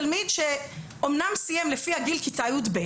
תלמיד שאומנם סיים לפי הגיל כיתה י"ב,